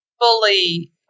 fully